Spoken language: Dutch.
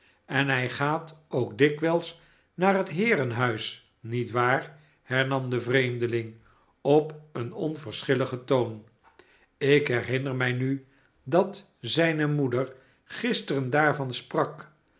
en hij gaat ook dikwijls naar het heerenhuis niet waar hernam de vreemdeling op een onverschilligen toon ik herinner mij nu dat zijne moeder gisteren daarvan sprak